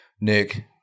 nick